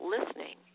Listening